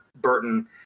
Burton